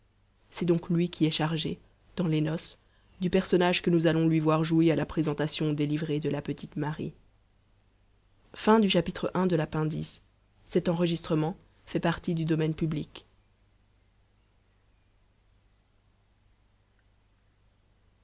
c'est donc lui qui est chargé dans les noces du personnage que nous allons lui voir jouer à la présentation des livrées de la petite marie